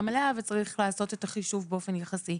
מלאה וצריך לעשות את החישוב באופן יחסי.